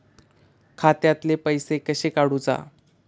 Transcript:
खात्यातले पैसे कशे काडूचा?